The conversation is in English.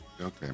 okay